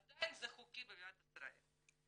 עדיין זה חוקי במדינת ישראל.